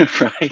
right